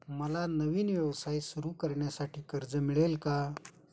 मला नवीन व्यवसाय सुरू करण्यासाठी कर्ज मिळेल का?